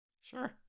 Sure